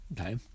Okay